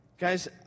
Guys